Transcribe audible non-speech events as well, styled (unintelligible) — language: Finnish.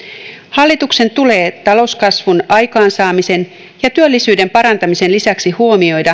hallituksen tulee talouskasvun aikaansaamisen ja työllisyyden parantamisen lisäksi huomioida (unintelligible)